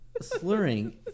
Slurring